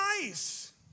nice